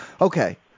okay